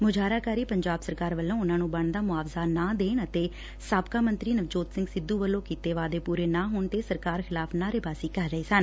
ਮੁਜਾਹਰਾਕਾਰੀ ਪੰਜਾਬ ਸਰਕਾਰ ਵੱਲੋਂ ਉਨੂਾਂ ਨੂੰ ਬਣਦਾ ਮੁਆਵਜ਼ਾ ਨਾ ਦੇਣ ਅਤੇ ਸਾਬਕਾ ਮੰਤਰੀ ਨਵਜੋਤ ਸਿੰਘ ਸਿੱਧੂ ਵੱਲੋਂ ਕੀਤੇ ਵਾਅਦੇ ਪੂਰੇ ਨਾ ਹੋਣ ਤੇ ਸਰਕਾਰ ਖਿਲਾਫ਼ ਨਾਅਰੇਬਾਜ਼ੀ ਕਰ ਰਹੇ ਸਨ